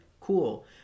Cool